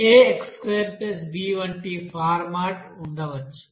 Yax2b వంటి format ఉండవచ్చు